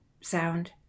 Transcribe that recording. sound